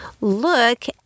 look